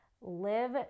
live